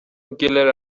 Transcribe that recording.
گلر